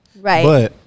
Right